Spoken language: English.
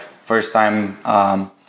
first-time